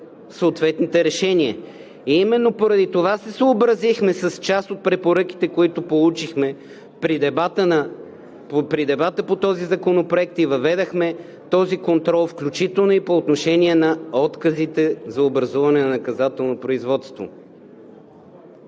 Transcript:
съответните решения. Именно поради това се съобразихме с част от препоръките, които получихме при дебата по този законопроект и въведохме този контрол, включително и по отношение на отказите за образуване на наказателно производство.